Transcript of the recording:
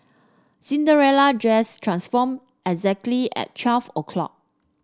Cinderella dress transformed exactly at twelve o' clock